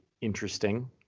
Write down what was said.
interesting